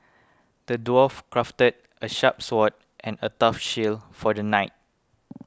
the dwarf crafted a sharp sword and a tough shield for the knight